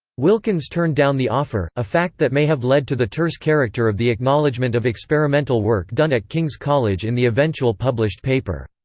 wilkins turned down the offer, a fact that may have led to the terse character of the acknowledgement of experimental work done at king's college in the eventual published paper.